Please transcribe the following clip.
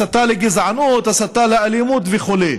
הסתה לגזענות, הסתה לאלימות וכו'.